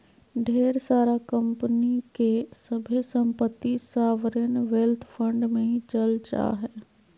ढेर सा कम्पनी के सभे सम्पत्ति सॉवरेन वेल्थ फंड मे ही चल जा हय